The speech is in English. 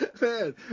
man